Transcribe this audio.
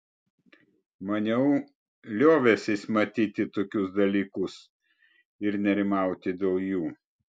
maniau liovęsis matyti tokius dalykus ir nerimauti dėl jų